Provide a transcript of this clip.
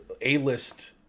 A-list